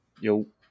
Yo